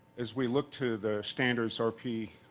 as we look to the standards rp